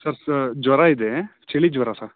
sir ಸ ಜ್ವರ ಇದೆ ಚಳಿ ಜ್ವರ ಸರ್